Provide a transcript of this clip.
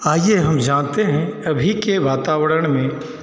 आइए हम जानते हैं अभी के वातावरण में